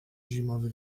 zimowy